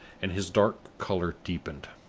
and his dark color deepened.